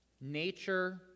Nature